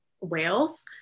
whales